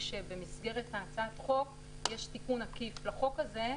כשבמסגרת הצעת החוק יש תיקון עקיף לחוק הזה,